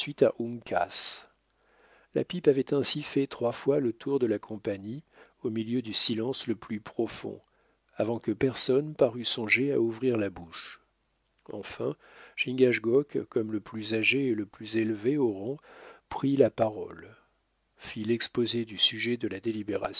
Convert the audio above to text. la pipe avait ainsi fait trois fois le tour de la compagnie au milieu du silence le plus profond avant que personne parût songer à ouvrir la bouche enfin chingachgook comme le plus âgé et le plus élevé en rang prit la parole fit l'exposé du sujet de la délibération